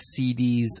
CDs